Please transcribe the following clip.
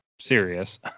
serious